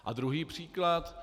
A druhý příklad.